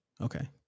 okay